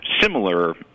similar